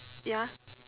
ya